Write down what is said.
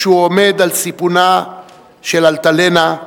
כשהוא עומד על סיפונה של "אלטלנה"